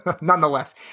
Nonetheless